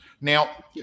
Now